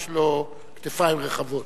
יש לו כתפיים רחבות.